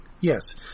Yes